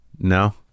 no